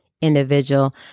individual